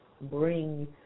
Bring